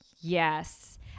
Yes